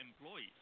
employees